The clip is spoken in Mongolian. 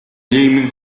нийгмийн